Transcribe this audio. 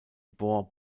bore